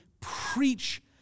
preach